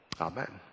Amen